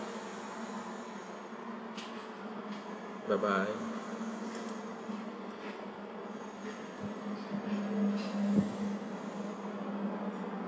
bye bye